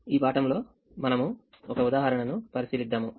ఈ పాఠంలో మనము ఒక ఉదాహరణనుపరిశీలిద్దాము